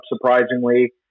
surprisingly